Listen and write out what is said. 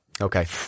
okay